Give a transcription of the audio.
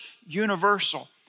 universal